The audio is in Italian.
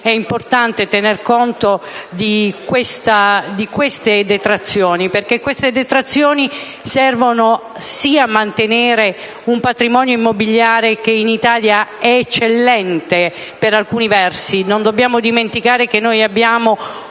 è importante tener conto di queste detrazioni, perché esse servono a mantenere un patrimonio immobiliare che in Italia è eccellente, per alcuni versi. Non dobbiamo dimenticare infatti che noi abbiamo